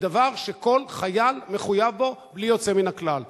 היא דבר שכל חייל מחויב בו בלי יוצא מן הכלל.